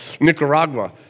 Nicaragua